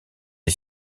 est